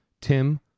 Tim